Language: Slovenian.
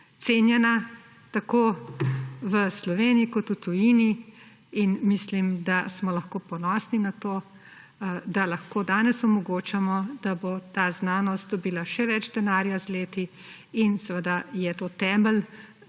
cenjena tako v Sloveniji kot v tujini in mislim, da smo lahko ponosni na to, da lahko danes omogočamo, da bo ta znanost dobila še več denarja z leti. Seveda je to temelj